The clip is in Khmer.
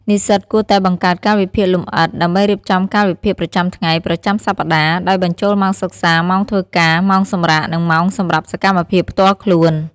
និស្សិតគួរតែបង្កើតកាលវិភាគលម្អិត ដើម្បីរៀបចំកាលវិភាគប្រចាំថ្ងៃ ប្រចាំសប្ដាហ៍ ដោយបញ្ចូលម៉ោងសិក្សា ម៉ោងធ្វើការ ម៉ោងសម្រាក និងម៉ោងសម្រាប់សកម្មភាពផ្ទាល់ខ្លួន។